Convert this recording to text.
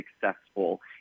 successful